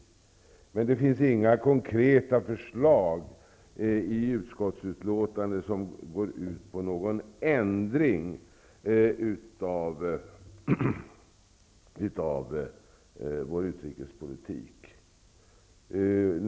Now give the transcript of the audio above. Men det finns inga konkreta förslag i utskottsutlåtandet som går ut på någon ändring av vår utrikespolitik.